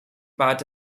part